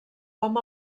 hom